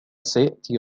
سيأتي